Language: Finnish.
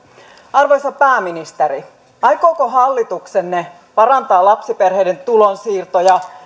arvoisa pääministeri aikooko hallituksenne parantaa lapsiperheiden tulonsiirtoja